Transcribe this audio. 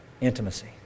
intimacy